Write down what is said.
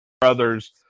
brothers